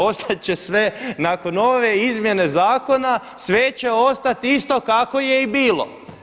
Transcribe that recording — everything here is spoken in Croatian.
Ostat će sve nakon ove izmjene zakona, sve će ostati isto kako je i bilo.